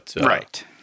Right